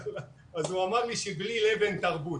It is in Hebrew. אז הוא אמר לי שבלי לב אין תרבות.